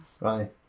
Right